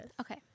okay